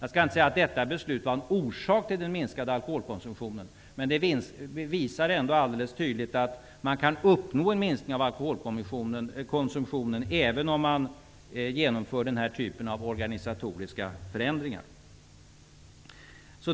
Jag skall inte säga att detta beslut var en orsak till den minskade alkoholkonsumtionen, men det visar ändå alldeles tydligt att det går att uppnå en minskning av alkoholkonsumtionen även om man genomför den här typen av organisatoriska förändringar.